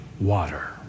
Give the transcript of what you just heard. water